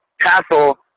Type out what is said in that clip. castle